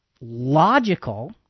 Logical